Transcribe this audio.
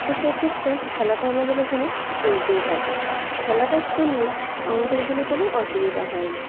তো সেক্ষেত্রে খেলাটা আমাদের এখানে চলতেই থাকে খেলাটার জন্য আমাদের এখানে কোনো অসুবিধা হয় না